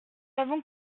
avons